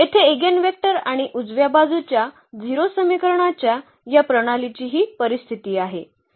येथे इगेनवेक्टर आणि उजव्या बाजूच्या 0 समीकरणाच्या या प्रणालीची ही परिस्थिती आहे